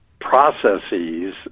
processes